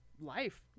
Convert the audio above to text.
life